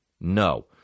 No